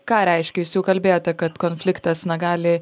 ką reiškia jūs kalbėjote kad konfliktas na gali